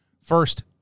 First